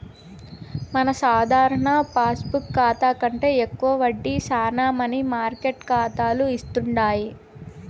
మన సాధారణ పాస్బుక్ కాతా కంటే ఎక్కువ వడ్డీ శానా మనీ మార్కెట్ కాతాలు ఇస్తుండాయి